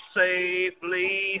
safely